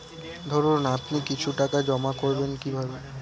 ধরুন আপনি কিছু টাকা জমা করবেন কিভাবে?